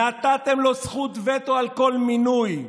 נתתם לו זכות וטו על כל מינוי.